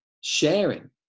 sharing